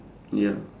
ya